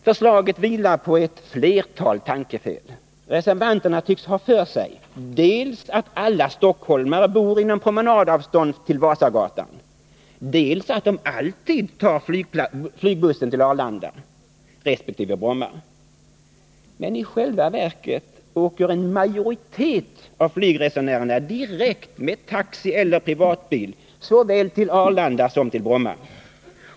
Förslaget vilar på ett flertal tankefel. Reservanterna tycks ha för sig dels att alla stockholmare bor inom promenadavstånd från Vasagatan, dels att de alltid tar flygbussen till Arlanda resp. Bromma. Men i själva verket åker en majoritet av flygresenärerna direkt med taxi eller privatbil såväl till Arlanda som till Bromma.